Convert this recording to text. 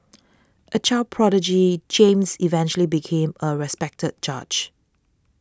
a child prodigy James eventually became a respected judge